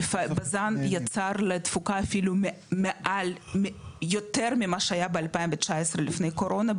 מפעלי בזן יצר לתפוקה אפילו יותר ממה שהיה ב- 2019 לפני הקורונה,